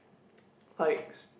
like